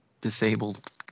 disabled